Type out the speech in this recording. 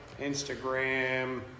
Instagram